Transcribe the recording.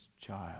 child